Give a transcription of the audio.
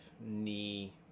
knee